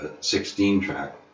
16-track